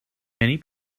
many